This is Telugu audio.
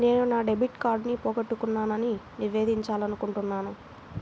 నేను నా డెబిట్ కార్డ్ని పోగొట్టుకున్నాని నివేదించాలనుకుంటున్నాను